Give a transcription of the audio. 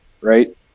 Right